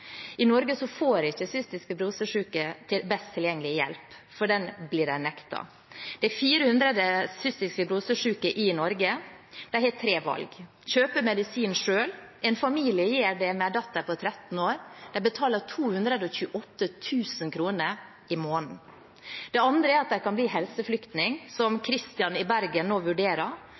I Norge får ikke cystisk fibrose-syke best tilgjengelige hjelp, for den blir de nektet. Det er 400 cystisk fibrose-syke i Norge. De har tre valg: Man kan kjøpe medisinen selv. En familie gjør det med en datter på 13 år. De betaler 228 000 kr i måneden. Man kan bli helseflyktning, som Christian i Bergen nå vurderer.